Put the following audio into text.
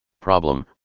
Problem